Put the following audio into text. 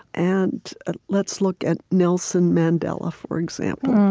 and ah let's look at nelson mandela, for example.